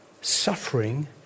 suffering